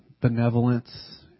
benevolence